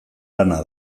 lana